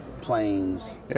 planes